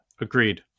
agreed